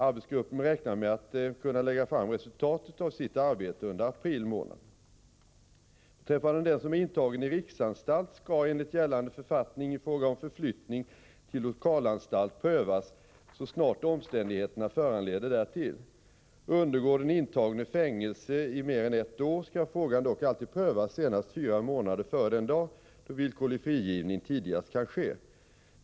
Arbetsgruppen räknar med att kunna lägga fram resultatet av sitt arbete under april månad. Beträffande den som är intagen i riksanstalt skall — enligt gällande författning — fråga om förflyttning till lokalanstalt prövas så snart omständigheterna föranleder därtill. Undergår den intagne fängelse i mer än ett år skall frågan dock alltid prövas senast fyra månader före den dag då villkorlig frigivning tidigast kan ske.